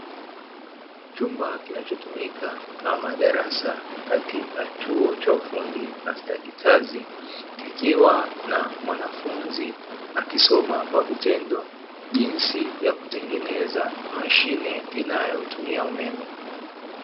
Chumba kinachotumika kama darasa katika chuo cha ufundi na stadi kazi, kikiwa na mwanafunzi akisoma kwa vitendo jinsi ya kutengeneza mashine inayotumia umeme.